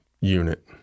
unit